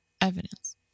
evidence